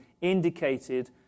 indicated